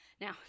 Now